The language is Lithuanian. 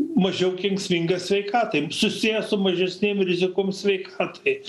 mažiau kenksmingas sveikatai susijęs su mažesnėm rizikom sveikatai